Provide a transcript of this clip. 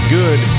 good